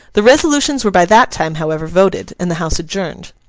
the resolutions were by that time, however, voted, and the house adjourned.